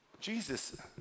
Jesus